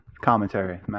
commentary